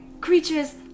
creatures